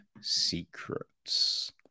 secrets